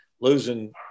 Losing